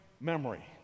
memory